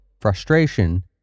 frustration